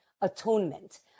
atonement